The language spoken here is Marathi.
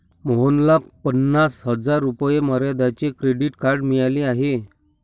मोहनला पन्नास हजार रुपये मर्यादेचे क्रेडिट कार्ड मिळाले आहे